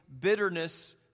bitterness